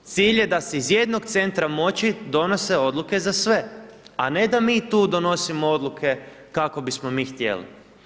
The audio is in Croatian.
Cilj je da se iz jednog centra moći donose odluke za sve, a ne da mi tu donosimo odluke kako bismo mi htjeli.